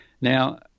Now